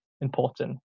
important